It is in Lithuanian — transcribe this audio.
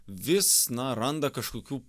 vis na randa kažkokių